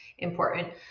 important